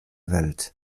welt